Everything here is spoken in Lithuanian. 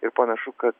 ir panašu kad